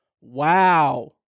Wow